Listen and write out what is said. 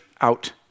out